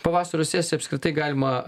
pavasario sesiją apskritai galima